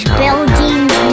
buildings